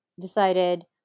decided